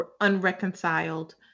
unreconciled